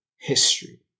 history